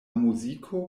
muziko